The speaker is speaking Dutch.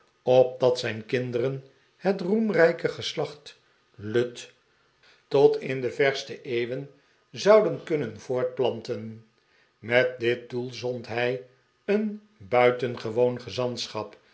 opdat zijn kinderen het roemrijke geslacht lud tot in de verste eeuwen zouden kunnen voortplanten met dit doel zond hij een buitengewoon